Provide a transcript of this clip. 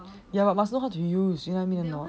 ya must know how to use